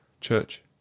CHURCH